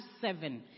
seven